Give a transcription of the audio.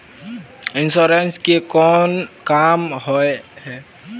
Insurance के कोन काम होय है?